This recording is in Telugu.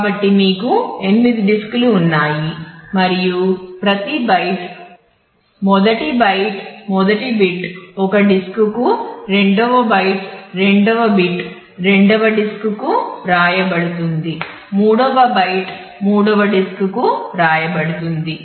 కాబట్టి మీకు 8 డిస్కులు ఉన్నాయి మరియు ప్రతి బైట్ కి వెళుతుంది